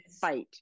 fight